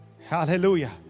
Hallelujah